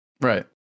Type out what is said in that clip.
Right